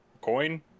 Coin